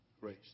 race